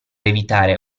evitare